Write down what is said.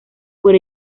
por